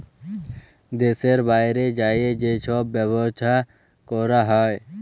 দ্যাশের বাইরে যাঁয়ে যে ছব ব্যবছা ক্যরা হ্যয়